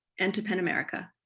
and to pen america.